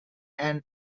and